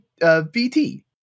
VT